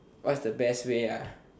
what's the best way ah